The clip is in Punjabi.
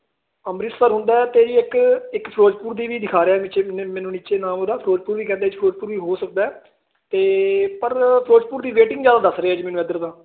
ਅੰਮ੍ਰਿਤਸਰ ਹੁੰਦਾ ਤੇ ਜੀ ਇੱਕ ਇੱਕ ਫਿਰੋਜ਼ਪੁਰ ਦੀ ਵੀ ਦਿਖਾ ਰਿਹਾ ਵਿੱਚ ਮੈਨੂੰ ਨੀਚੇ ਨਾਮ ਉਹਦਾ ਫਿਰੋਜਪੁਰ ਵੀ ਕਹਿੰਦੇ ਫਿਰੋਜਪੁਰ ਵੀ ਹੋ ਸਕਦਾ ਤੇ ਪਰ ਫਿਰੋਜਪੁਰ ਦੀ ਵੇਟਿੰਗ ਜਿਆਦਾ ਦੱਸ ਰਿਹਾ ਜੀ ਮੈਨੂੰ ਇਧਰ ਦਾ